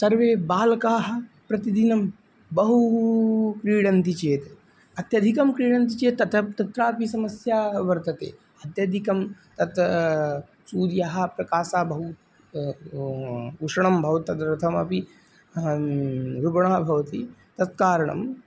सर्वे बालकाः प्रतिदिनं बहु क्रीडन्ति चेत् अत्यधिकं क्रीडन्ति चेत् तत्र तत्रापि समस्या वर्तते अत्यधिकं तत् सूर्यस्य प्रकाशः बहु उष्णं भवति तदर्थमपि रुग्णाः भवन्ति तत् कारणं